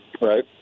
right